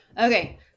Okay